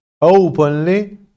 Openly